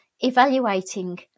evaluating